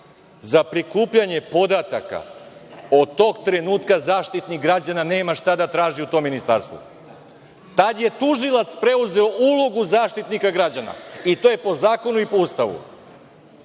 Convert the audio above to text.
za prikupljanje podataka, od tog trenutka Zaštitnik građana nema šta da traži u tom ministarstvu, tada je tužilac preuzeo ulogu Zaštitnika građana i to je po zakonu i po Ustavu. Sad,